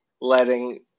letting